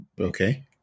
Okay